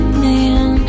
man